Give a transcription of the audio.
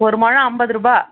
ஒரு முழம் ஐம்பதுருபா